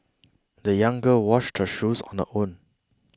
the young girl washed her shoes on her own